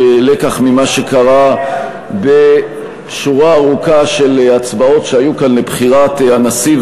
כלקח ממה שקרה בשורה ארוכה של הצבעות שהיו כאן לבחירת הנשיא,